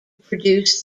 produce